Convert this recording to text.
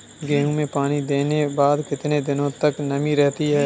गेहूँ में पानी देने के बाद कितने दिनो तक नमी रहती है?